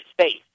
space